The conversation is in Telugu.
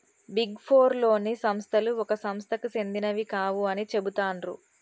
బిగ్ ఫోర్ లోని సంస్థలు ఒక సంస్థకు సెందినవి కావు అని చెబుతాండ్రు